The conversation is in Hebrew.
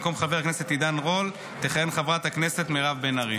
במקום חבר הכנסת עידן רול תכהן חברת הכנסת מירב בן ארי.